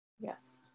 yes